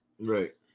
Right